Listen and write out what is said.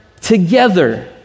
together